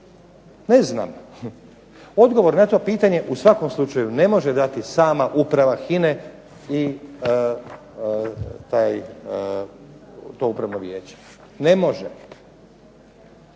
Ne znam. Odgovor na to pitanje u svakom slučaju ne može dati sama uprava HINA-e i to upravno vijeće, ne može.